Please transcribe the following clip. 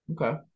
Okay